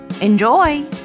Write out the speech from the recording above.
Enjoy